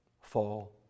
fall